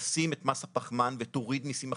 תשים את מס הפחמן ותוריד מיסים אחרים.